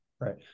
Right